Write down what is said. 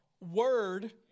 word